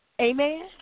Amen